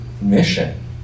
mission